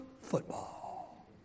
football